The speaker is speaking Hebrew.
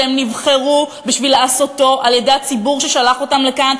שהם נבחרו בשביל לעשות אותו על-ידי הציבור ששלח אותם לכאן,